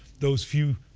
those few,